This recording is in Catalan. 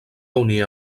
unir